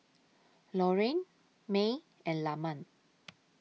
Loren May and Lamont